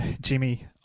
jimmy